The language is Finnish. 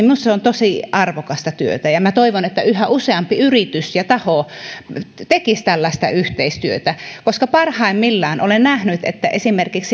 minusta se on tosi arvokasta työtä ja minä toivon että yhä useampi yritys ja taho tekisi tällaista yhteistyötä koska parhaimmillaan olen nähnyt esimerkiksi